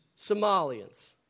Somalians